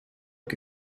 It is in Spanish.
que